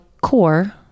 core